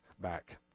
back